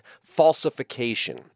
falsification